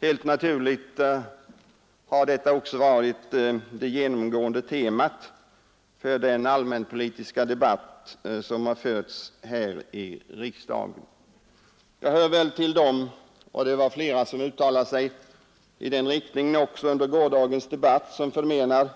Helt naturligt har detta också varit det genomgående temat för den allmänpolitiska debatt som har förts här i riksdagen. Jag hör till dem — det var flera som uttalade sig i den riktningen också under gårdagens debatt — som menar